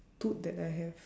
tooth that I have